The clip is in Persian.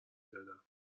دادم